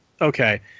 okay